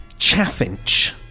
Chaffinch